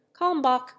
kalmbach